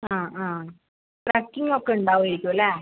ആ ആ ട്രക്കിംഗ് ഒക്കെ ഉണ്ടാവുമായിരിക്കും അല്ലേ